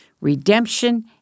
redemption